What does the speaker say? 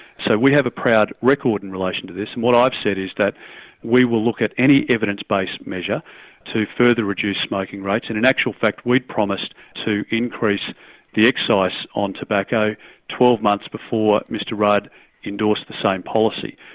so we have a proud record in relation to this and what i've said is that we will look at any evidence based measure to further reduce smoking rates. and in actual fact we'd promised to increase the excise on tobacco twelve months before mr rudd endorsed the same policy.